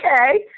okay